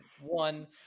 one